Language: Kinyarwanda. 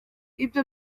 ibyo